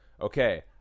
Okay